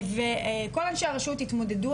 וכל ראשי הרשות התמודדו,